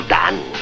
done